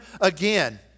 again